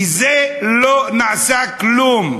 בזה לא נעשה כלום.